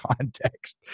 context